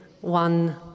one